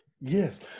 Yes